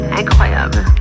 incroyable